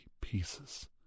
pieces